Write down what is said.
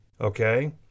okay